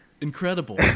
incredible